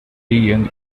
young